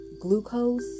glucose